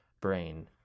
brain